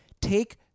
Take